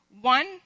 One